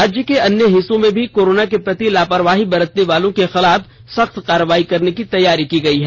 राज्य के अन्य हिस्सों में भी कोरोना के प्रति लापरवाही बरतने वालों के खिलाफ सख्त कारवाई करने की तैयारी की गई है